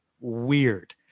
weird